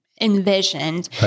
envisioned